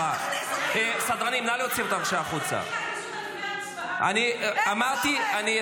גוטליב, נא לצאת מהאולם, בבקשה.